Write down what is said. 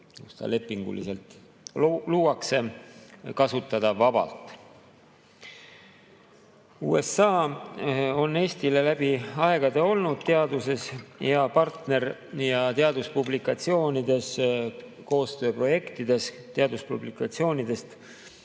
kus ta lepinguliselt luuakse, kasutada vabalt. USA on läbi aegade olnud Eestile teaduses hea partner, [näiteks] teaduspublikatsioonides, koostööprojektides. Teaduspublikatsioonidest